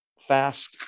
fast